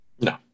no